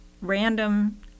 random